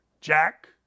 Jack